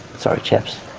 sorry chaps,